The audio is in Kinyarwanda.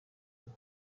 umwe